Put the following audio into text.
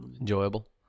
Enjoyable